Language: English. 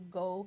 go